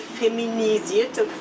feminisierte